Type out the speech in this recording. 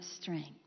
strength